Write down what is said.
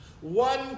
one